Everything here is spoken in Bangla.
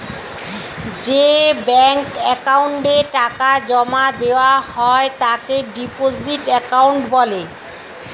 যে ব্যাঙ্ক অ্যাকাউন্টে টাকা জমা দেওয়া হয় তাকে ডিপোজিট অ্যাকাউন্ট বলে